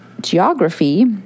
geography